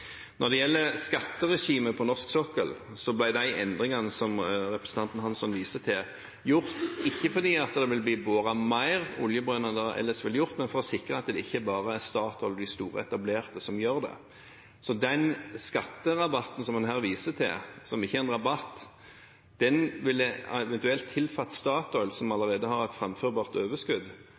Når det gjelder skatteregimet på norsk sokkel, ble endringene representanten Hansson viser til, gjort ikke fordi det da vil bli boret flere oljebrønner enn det ellers ville blitt, men for å sikre at det ikke bare er Statoil og de store etablerte som gjør det. Så den skatterabatten en her viser til, som ikke er en rabatt, ville eventuelt tilfalt Statoil, som allerede har et framførbart overskudd